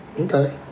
Okay